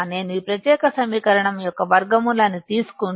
నేను ఈ ప్రత్యేక సమీకరణం యొక్క వర్గమూలాన్ని తీసుకుంటే